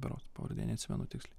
berods pavardė neatsimenu tiksliai